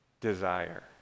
desire